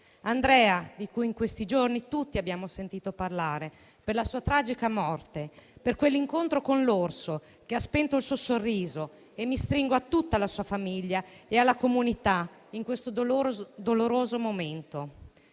Andrea, di cui in questi giorni tutti abbiamo sentito parlare per la sua tragica morte, per quell'incontro con l'orso che ha spento il suo sorriso, e mi stringo a tutta la sua famiglia e alla comunità in questo doloroso momento.